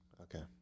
Okay